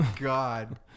God